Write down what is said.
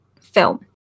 film